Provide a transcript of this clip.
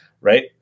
right